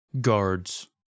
Guards